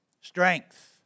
Strength